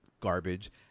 garbage